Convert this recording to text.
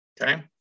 Okay